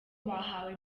bahawe